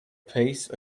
piece